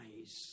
eyes